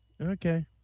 okay